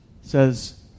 says